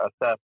assess